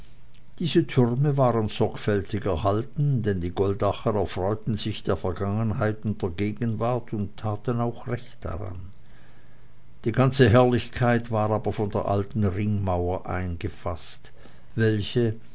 diese türme waren sorgfältig erhalten denn die goldacher erfreuten sich der vergangenheit und der gegenwart und taten auch recht daran die ganze herrlichkeit war aber von der alten ringmauer eingefaßt welche